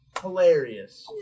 Hilarious